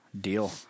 Deal